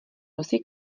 nosí